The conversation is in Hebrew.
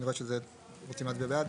אני רואה שאתם רוצים להצביע בעד,